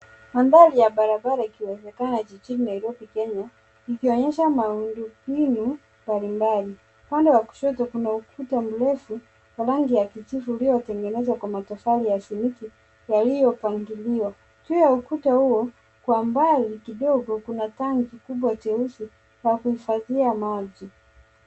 Manthari ya barabara ikiwezekana jijini Nairobi Kenya, ikionyesha miundombinu mbalimbali. Upande wa kushoto, kuna ukuta mrefu wa rangi ya kijivu uliotengenezwa kwa matofali ya simiti yaliyopangiliwa. Juu ya ukuta huo, kwa mbali kidogo kuna tanki kubwa jeusi, ya kuhifadhia maji.